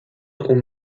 aux